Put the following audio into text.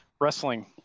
wrestling